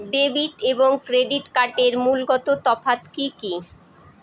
Debit এবং credit কার্ডের মূলগত তফাত কি কী?